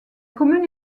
commune